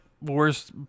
worst